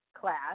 class